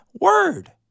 word